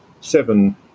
seven